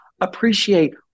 appreciate